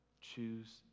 Choose